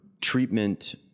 treatment